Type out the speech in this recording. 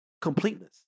completeness